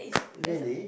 really